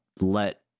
let